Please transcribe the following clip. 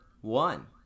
one